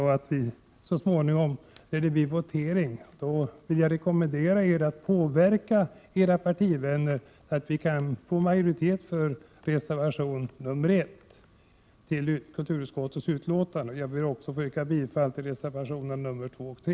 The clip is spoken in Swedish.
Jag vill rekommendera er att, när det så småningom blir votering, påverka era partivänner så att vi kan få majoritet för reservation 1 till kulturutskottets betänkande. Jag ber också att få yrka bifall till reservationerna 2 och 3.